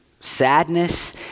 sadness